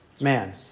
man